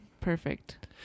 Perfect